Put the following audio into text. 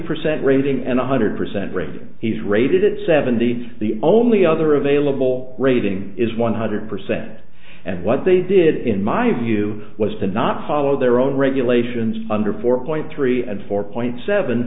percent rating and one hundred percent rating he's rated at seventy the only other available rating is one hundred percent and what they did in my view was to not follow their own regulations under four point three and four point seven